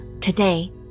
today